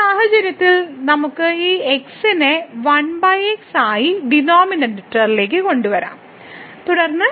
ഈ സാഹചര്യത്തിൽ നമുക്ക് ഈ x നെ 1 x ആയി ഡിനോമിനേറ്ററിലേക്ക് കൊണ്ടുവരാം തുടർന്ന്